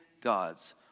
God's